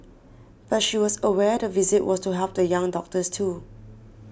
but she was aware the visit was to help the young doctors too